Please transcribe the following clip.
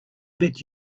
bet